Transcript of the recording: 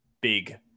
big